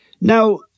Now